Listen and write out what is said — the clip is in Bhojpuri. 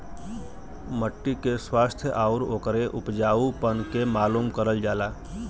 मट्टी के स्वास्थ्य आउर ओकरे उपजाऊपन के मालूम करल जाला